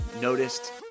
noticed